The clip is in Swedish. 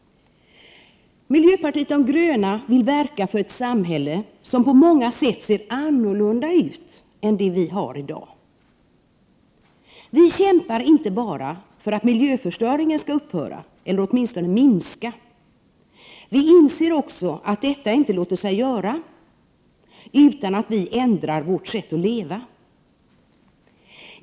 Miljöpartiet de gröna vill verka för ett samhälle som på många sätt ser annorlunda ut än det vi har i dag. Vi kämpar inte bara för att miljöförstöringen skall upphöra eller åtminstone minska. Vi inser också att detta inte låter sig göra utan att vi ändrar vårt sätt att leva.